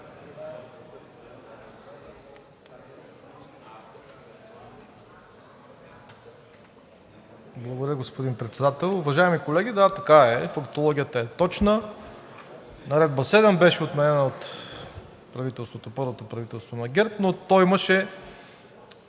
Благодаря, господин Председател. Уважаеми колеги, да, така е, фактологията е точна. Наредба № 7 беше отменена от първото правителство на ГЕРБ, но то имаше